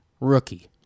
rookie